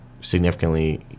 significantly